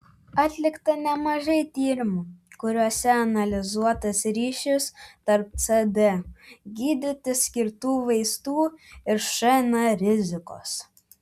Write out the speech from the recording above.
atlikta nemažai tyrimų kuriuose analizuotas ryšys tarp cd gydyti skirtų vaistų ir šn rizikos